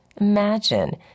Imagine